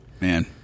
man